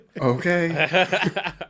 Okay